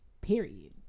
period